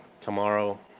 tomorrow